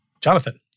Jonathan